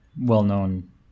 well-known